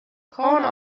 corner